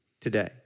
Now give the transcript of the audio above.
today